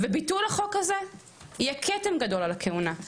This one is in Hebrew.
וביטול החוק הזה יהיה כתם גדול על הכהונה.